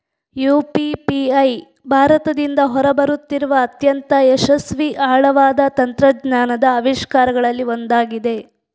UPI ಭಾರತದಿಂದ ಹೊರ ಬರುತ್ತಿರುವ ಅತ್ಯಂತ ಯಶಸ್ವಿ ಆಳವಾದ ತಂತ್ರಜ್ಞಾನದ ಆವಿಷ್ಕಾರಗಳಲ್ಲಿ ಒಂದಾಗಿದೆ